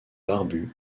barbu